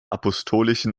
apostolischen